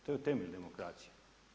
To je temelj demokracije.